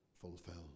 fulfilled